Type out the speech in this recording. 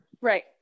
Right